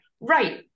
right